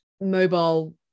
mobile